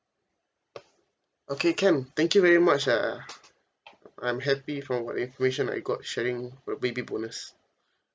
okay can thank you very much uh I'm happy for what information I got sharing about baby bonus